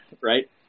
right